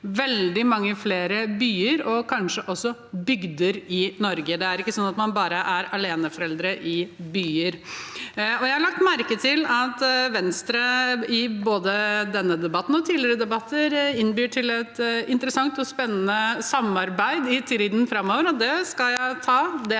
veldig mange flere byer i Norge, kanskje også bygder. Det er ikke sånn at man er aleneforeldre bare i byer. Jeg har lagt merke til at Venstre i både denne debatten og tidligere debatter innbyr til et interessant og spennende samarbeid i tiden framover, og det skal jeg ta.